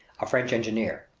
a french engineer.